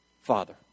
father